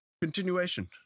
continuation